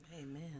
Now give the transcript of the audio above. amen